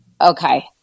okay